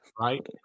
right